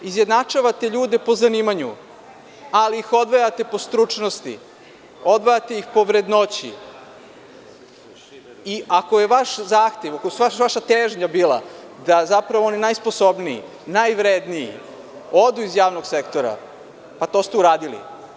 Izjednačavate ljude po zanimanjima, ali ih odvajate po stručnosti, odvajate ih po vrednoći i ako je vaš zahtev, ako je vaša težnja bila da oni najsposobniji, najvredniji odu iz javnog sektora, pa, to ste uradili.